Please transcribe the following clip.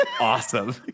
awesome